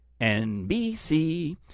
NBC